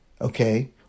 okay